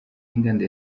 n’inganda